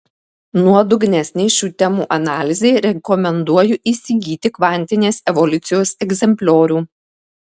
nuodugnesnei šių temų analizei rekomenduoju įsigyti kvantinės evoliucijos egzempliorių